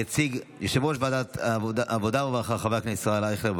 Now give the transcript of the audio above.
יציג יושב-ראש ועדת העבודה והרווחה חבר הכנסת ישראל אייכלר,